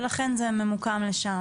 ולכן זה ממוקם לשם.